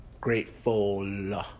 grateful